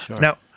Now